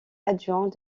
adjoint